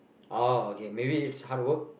oh okay maybe is hard work